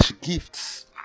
gifts